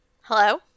Hello